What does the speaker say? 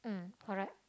mm correct